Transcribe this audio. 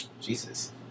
Jesus